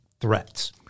threats